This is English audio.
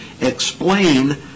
explain